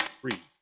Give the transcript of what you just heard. three